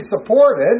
supported